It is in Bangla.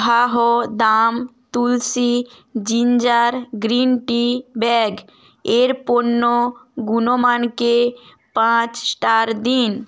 Vahdam tulsi ginger green tea bag এর পণ্য গুণমানকে পাঁচ স্টার দিন